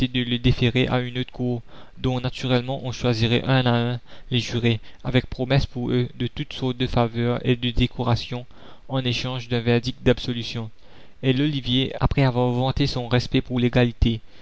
le déférer à une haute cour dont naturellement on choisirait un à un les jurés avec promesse pour eux de toutes sortes de faveurs et de décorations en échange d'un verdict d'absolution et l'ollivier après avoir vanté son respect pour l'égalité